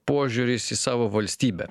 požiūris į savo valstybę